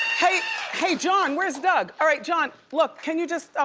hey hey john, where's doug? all right, john, look, can you just,